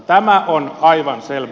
tämä on aivan selvä